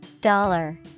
Dollar